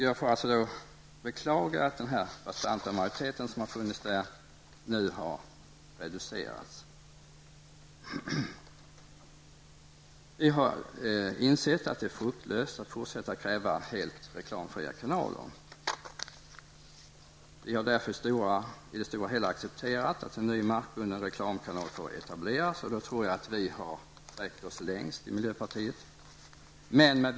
Jag får beklaga att den bastanta majoritet som har funnits där nu har reducerats. Vi har insett att det är fruktlöst att fortsätta kräva helt reklamfria kanaler. Vi har därför i det stora hela accepterat att en ny markbunden reklamkanal får etableras men med viktiga begränsningar, och då tror jag att vi har sträckt oss längst i miljöpartiet.